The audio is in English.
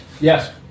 Yes